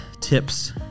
tips